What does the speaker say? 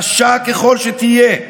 קשה ככל שתהיה,